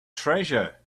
treasure